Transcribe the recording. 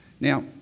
Now